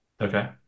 Okay